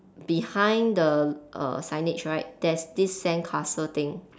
behind the err signage right there's this sandcastle thing